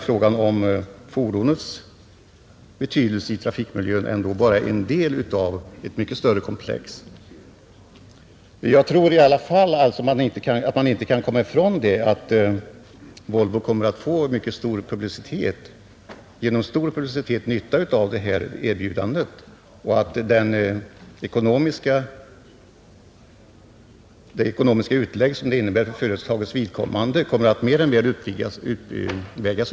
Frågan om fordonets betydelse i trafikmiljön är ändå bara en del av ett mycket större komplex. Jag tror att man inte kan komma ifrån att Volvo genom publicitet kommer att få mycket stor nytta av detta erbjudande och att företagets ekonomiska utlägg kommer att mer än väl uppvägas härav.